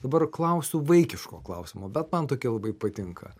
dabar klausiu vaikiško klausimo bet man tokie labai patinka